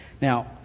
Now